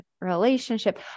relationship